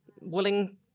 willing